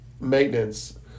maintenance